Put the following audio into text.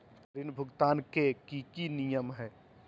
ऋण भुगतान के की की नियम है?